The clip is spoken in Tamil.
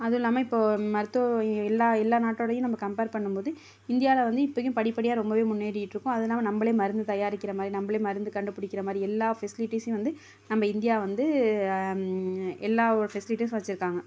அதுவும் இல்லாமல் இப்போது மருத்துவ எல்லா எல்லா நாட்டோடையும் நம்ப கம்பேர் பண்ணும்போது இந்தியாவில் வந்து இப்பவும் படி படியாக ரொம்ப முன்னேறிகிட்டு இருக்கோம் அது இல்லாமல் நம்மளே மருந்து தயாரிக்கிற மாதிரி நம்மளே மருந்து கண்டு பிடிக்கிற மாதிரி எல்லா ஃபெசிலிட்டிஸும் வந்து நம்ம இந்தியா வந்து எல்லா ஃபெசிலிட்டிஸும் வச்சுருக்காங்க